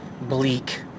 bleak